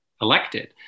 elected